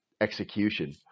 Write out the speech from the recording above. execution